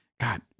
God